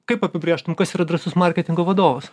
kaip apibrėžtum kas yra drąsus marketingo vadovas